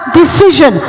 decision